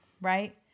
Right